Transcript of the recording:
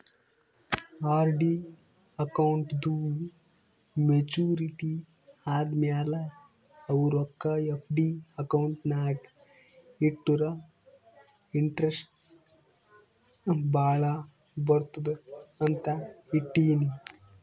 RD ಅಕೌಂಟ್ದೂ maturity ಆದಮ್ಯಾಲ ಅವು ರೊಕ್ಕಾ ಎಫ್.ಡಿ ಅಕೌಂಟ್ ನಾಗ್ ಇಟ್ಟುರ ಇಂಟ್ರೆಸ್ಟ್ ಭಾಳ ಬರ್ತುದ ಅಂತ್ ಇಟ್ಟೀನಿ